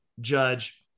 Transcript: Judge